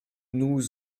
nous